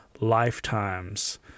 lifetimes